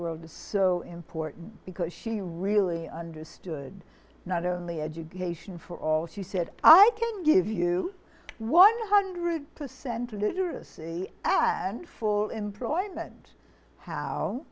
world is so important because she really understood not only education for all she said i can give you one hundred percent literacy and for employment how